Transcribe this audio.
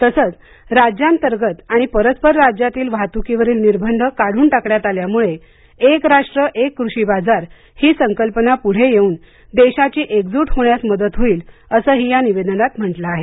तसंच राज्यांतर्गत आणि परस्पर राज्यातील वाहतुकीवरील निर्बंध काढून टाकण्यात आल्यामुळे एक राष्ट्र एक कृषी बाजार ही संकल्पना पुढे येऊन देशाची एकजूट होण्यास त्यामुळे मदत होईल असं ही या निवेदनात म्हटल आहे